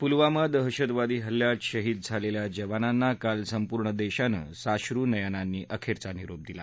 पुलवामा दहशतवादी हल्ल्यात शहीद झालेल्या जवानांना काल संपूर्ण देशानं साश्रूनयनांनी अखेरचा निरोप दिला